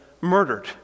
murdered